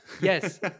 yes